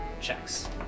checks